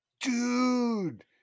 Dude